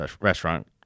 restaurant